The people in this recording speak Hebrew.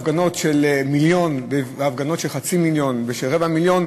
הפגנות של מיליון והפגנות של חצי מיליון ושל רבע מיליון,